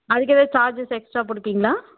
அதுக்கு எதுவும் charges extra பிடிப்பிங்களா